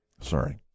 Sorry